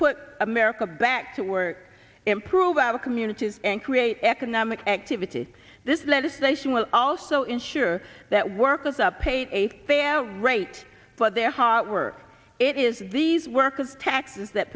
put america back to work improve our communities and create economic activity this legislation will also ensure that workers up pay a fair rate for their hard work it is these workers taxes that